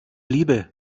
liebe